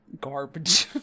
garbage